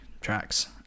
tracks